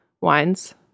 wines